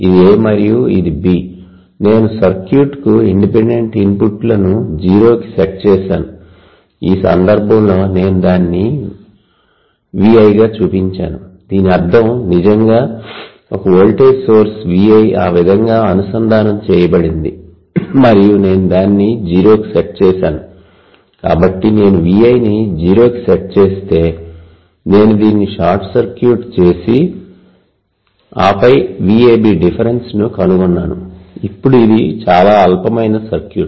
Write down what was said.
ఇది A మరియు ఇది B నేను సర్క్యూట్కు ఇండిపెండెంట్ ఇన్పుట్లను 0 కి సెట్ చేసాను ఈ సందర్భంలో నేను దానిని V i గా చూపించాను దీని అర్థం నిజంగా ఒక వోల్టేజ్ సోర్స్ V i ఆ విధంగా అనుసంధానం చేయబడింది మరియు నేను దానిని 0 కు సెట్ చేశాను కాబట్టి నేను V i ని 0 కి సెట్ చేస్తే నేను దీన్ని షార్ట్ సర్క్యూట్ చేసి ఆపై VAB డిఫరెన్స్ ను కనుగొన్నాను ఇప్పుడు ఇది చాలా అల్పమైన సర్క్యూట్